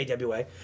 AWA